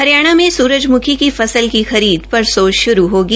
हरियाणा में सूरजम्खी की फसल की खरीद परसों श्रू होगी